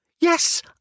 Yes